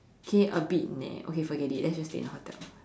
okay a bit nah okay forget it let's just stay in a hotel